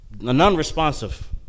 non-responsive